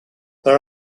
there